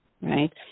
right